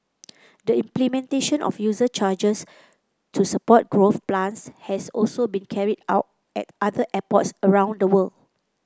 the implementation of user charges to support growth plans has also been carried out at other airports around the world